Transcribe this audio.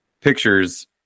pictures